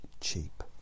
cheap